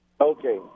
Okay